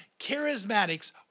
Charismatics